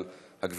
זיכרונו לברכה,